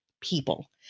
people